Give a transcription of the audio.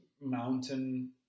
mountain